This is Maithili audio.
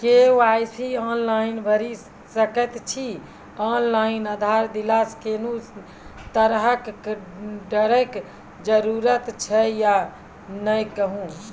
के.वाई.सी ऑनलाइन भैरि सकैत छी, ऑनलाइन आधार देलासॅ कुनू तरहक डरैक जरूरत छै या नै कहू?